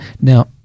Now